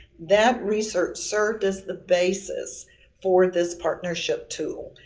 that research served as the basis for this partnership tool.